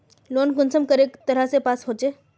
Loan कुंसम करे तरह से पास होचए?